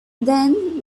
then